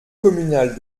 communale